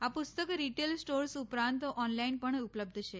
આ પુસ્તક retail stores ઉપરાંત ઓનલાઈન પણ ઉપલબ્ધ છે